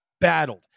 Battled